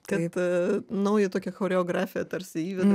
kad naują tokią choreografiją tarsi įveda